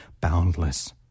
boundless